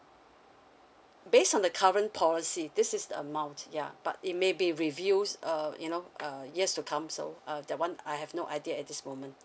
based on the current policy this is amount yeah but it may be reviews uh you know uh years to come so uh that one I have no idea at this moment